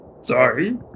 Sorry